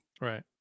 Right